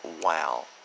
wow